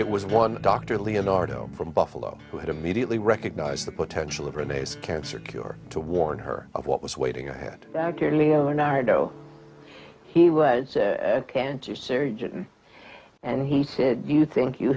it was one doctor leonardo from buffalo who had immediately recognized the potential of renee's cancer cure to warn her of what was waiting had he was cancer surgeon and he said you think you